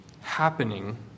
happening